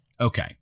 Okay